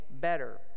better